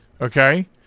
Okay